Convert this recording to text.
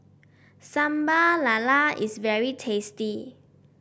Sambal Lala is very tasty